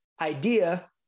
idea